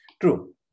True